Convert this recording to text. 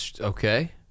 Okay